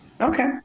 okay